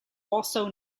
also